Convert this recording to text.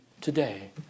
today